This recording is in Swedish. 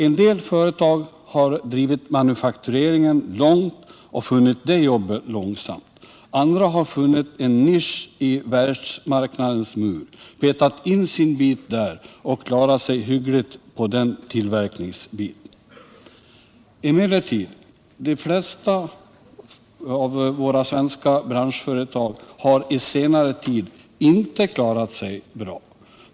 En del företag har drivit manufaktureringen långt och funnit det jobbet lönsamt. Andra har funnit en nisch i världsmarknadens mur, petat in sin bit där och klarat sig hyggligt på den tillverkningsbiten. Emellertid har de flesta av våra svenska stålbranschföretag i senare tid inte klarat sig bra.